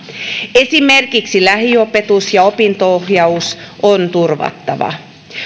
esimerkiksi lähiopetus ja opinto ohjaus on turvattava